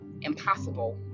impossible